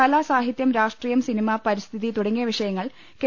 കല സാഹിത്യം രാഷ്ട്രീയം സിനിമ പരിസ്ഥിതി തുടങ്ങി വിഷയങ്ങൾ കെ